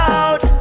out